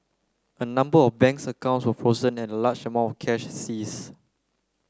a number of banks accounts were frozen and a large amount cash seized